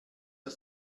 der